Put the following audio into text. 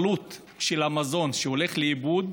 העלות של המזון שהולך לאיבוד,